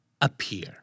appear